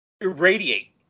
irradiate